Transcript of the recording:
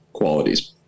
qualities